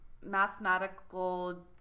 mathematical